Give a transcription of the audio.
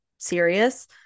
serious